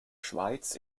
schweiz